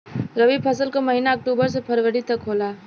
रवी फसल क महिना अक्टूबर से फरवरी तक होला